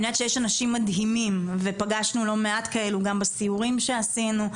אני יודעת שיש אנשים מדהימים ופגשנו לא מעט כאלה גם בסיורים שעשינו,